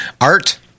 Art